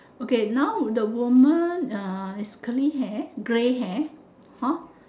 okay now the woman uh is clean hair grey hair hor